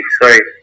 sorry